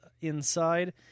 inside